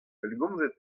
pellgomzet